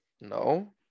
No